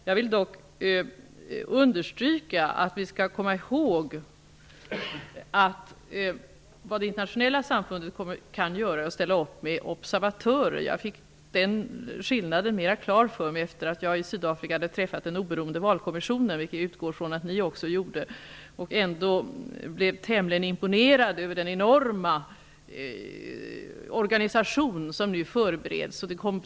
Jag vill dock understryka att vad det internationella samfundet kan göra är att ställa upp med observatörer. Jag fick den definitionen mera klar för mig efter det att jag i Sydafrika hade träffat den oberoende valkommissionen, vilket jag utgår från att ni också gjorde. Jag blev tämligen imponerad över den enorma organisation som nu förbereds.